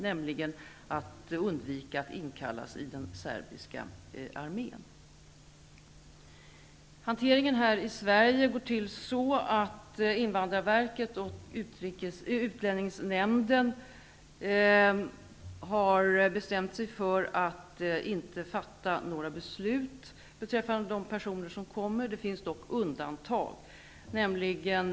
De vill undvika att inkallas i den serbiska armén. Invandrarverket och utlänningsnämnden har bestämt sig för att inte fatta några beslut beträffande de personer som kommer hit. Det finns dock undantag.